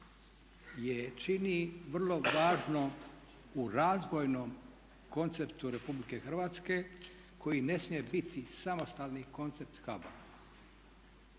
čini vrlo važnom u razvojnom konceptu Republike Hrvatske koji ne smije biti samostalni koncept HBOR-a.